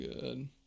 good